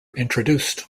introduced